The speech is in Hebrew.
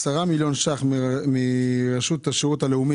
מה נפגע כתוצאה מזה שלוקחים 10 מיליון שקל מהשירות הלאומי-אזרחי?